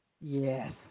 Yes